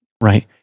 right